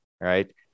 right